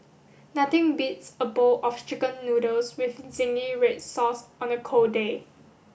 nothing beats a bowl of chicken noodles with zingy red sauce on a cold day